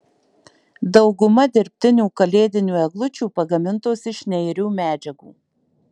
dauguma dirbtinių kalėdinių eglučių pagamintos iš neirių medžiagų